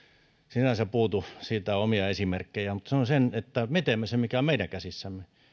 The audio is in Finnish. sinänsä puutu siitä on omia esimerkkejä mutta sanon sen että me teemme sen mikä on meidän käsissämme